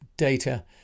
data